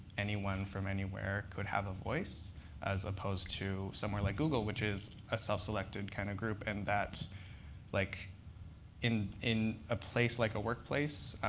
anyone from anywhere could have a voice as opposed to somewhere like google, which is a self-selected kind of group. and like in in a place like a workplace,